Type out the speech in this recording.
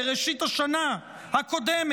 בראשית השנה הקודמת,